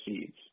seeds